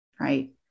Right